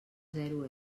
zero